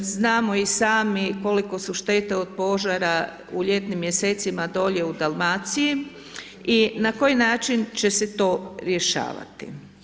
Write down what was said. Znamo i samo koliko su štete od požara u ljetnim mjesecima dolje u Dalmaciji i na koji način će se to rješavati.